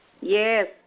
Yes